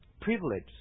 privilege